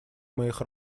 моих